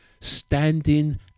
standing